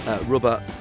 rubber